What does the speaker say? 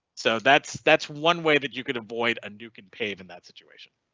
so that's that's one way that you could avoid a nuke and pave in that situation.